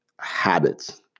habits